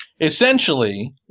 Essentially